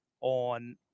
on